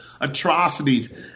atrocities